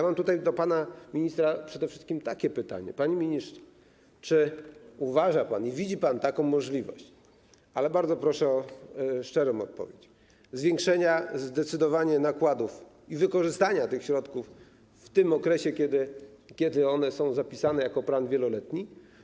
Mam tutaj do pana ministra przede wszystkim takie pytanie: Panie ministrze, czy widzi pan możliwość - ale bardzo proszę o szczerą odpowiedź - zwiększenia zdecydowanie nakładów i wykorzystania tych środków w tym okresie, kiedy one są zapisane jako plan wieloletni?